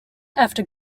after